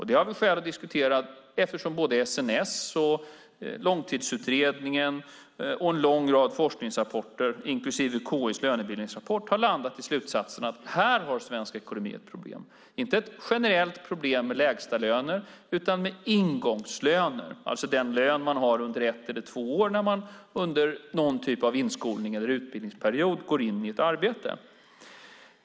Det har vi skäl att diskutera eftersom både SNS, Långtidsutredningen och en lång rad forskningsrapporter, inklusive KI:s lönebildningsrapport, har landat i slutsatsen att svensk ekonomi här har ett problem. Det är inte ett generellt problem med lägstalöner utan med ingångslöner. Det är alltså den lön man har under ett eller två år när man under någon typ av inskolning eller utbildningsperiod går in i ett arbete.